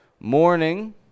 morning